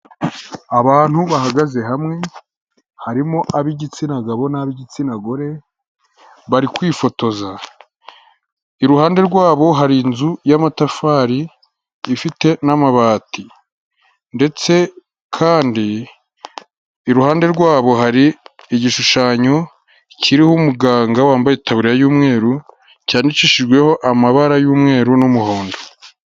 Abantu bahagaze hamwe, harimo ab'igitsina gabo n'ab'igitsina gore bari kwifotoza, iruhande rwabo hari inzu y'amatafari ifite n'amabati ndetse kandi iruhande rwabo hari igishushanyo kiriho umuganga wambaye itaburiya y'umweru cyandikishijweho amabara y'umweru n'umuhondo.